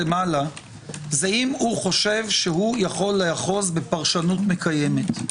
מעלה זה אם הוא חושב שהוא יכול לאחוז בפרשנות מקיימת.